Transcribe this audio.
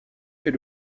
est